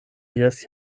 jes